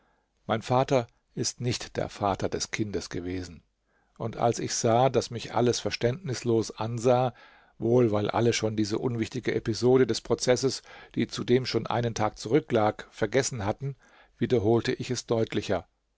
mein vater ist nicht der vater des kindes gewesen und als ich sah daß mich alles verständnislos ansah wohl weil alle schon diese unwichtige episode des prozesses die zudem schon einen tag zurücklag vergessen hatten wiederholte ich es deutlicher